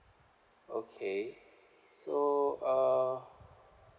okay so uh